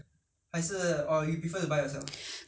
quite a few tau pok inside so don't need don't need to buy